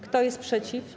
Kto jest przeciw?